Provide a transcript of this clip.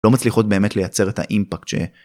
‫לא מצליחות באמת לייצר את האימפקט ש...